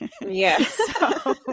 yes